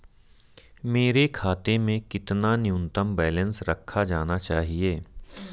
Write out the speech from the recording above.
मेरे खाते में कितना न्यूनतम बैलेंस रखा जाना चाहिए?